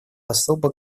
особо